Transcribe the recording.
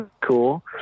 cool